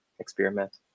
experiment